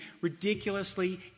ridiculously